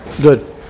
Good